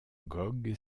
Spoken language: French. gogh